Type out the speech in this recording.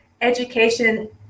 education